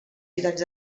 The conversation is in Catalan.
ciutats